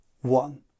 one